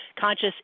Conscious